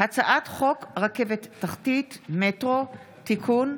הצעת חוק רכבת תחתית (מטרו) (תיקון),